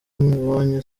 nkubonye